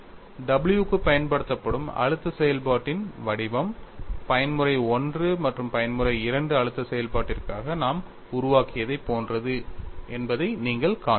W க்கு பயன்படுத்தப்படும் அழுத்த செயல்பாட்டின் வடிவம் பயன்முறை I மற்றும் பயன்முறை II அழுத்த செயல்பாட்டிற்காக நாம் உருவாக்கியதைப் போன்றது என்பதை நீங்கள் காண்பீர்கள்